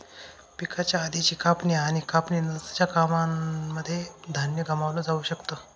पिकाच्या आधीची कापणी आणि कापणी नंतरच्या कामांनमध्ये धान्य गमावलं जाऊ शकत